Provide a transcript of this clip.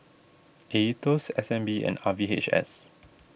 Aetos S N B and R V H S